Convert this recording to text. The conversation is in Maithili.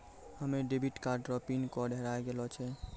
हमे डेबिट कार्ड रो पिन कोड हेराय गेलो छै